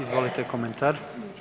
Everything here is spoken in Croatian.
Izvolite komentar.